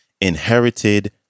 inherited